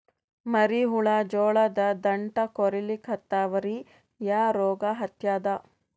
ಮರಿ ಹುಳ ಜೋಳದ ದಂಟ ಕೊರಿಲಿಕತ್ತಾವ ರೀ ಯಾ ರೋಗ ಹತ್ಯಾದ?